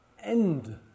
end